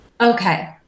Okay